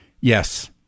Yes